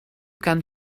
can